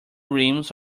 rims